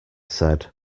said